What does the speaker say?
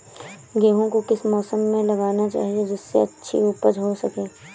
गेहूँ को किस मौसम में लगाना चाहिए जिससे अच्छी उपज हो सके?